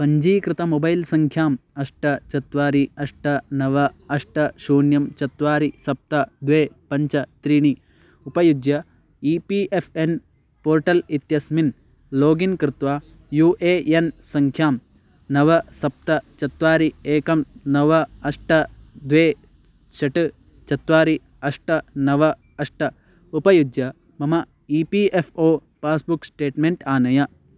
पञ्जीकृत मोबैल् सङ्ख्याम् अष्ट चत्वारि अष्ट नव अष्ट शून्यं चत्वारि सप्त द्वे पञ्च त्रीणि उपयुज्य E P F N portal इत्यस्मिन् लोगिन् कृत्वा यू ए एन् सङ्ख्यां नव सप्त चत्वारि एकं नव अष्ट द्वे षट् चत्वारि अष्ट नव अष्ट उपयुज्य मम E P F O passbook statement आनय